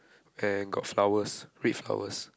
and got flowers red flowers